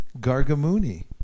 Gargamuni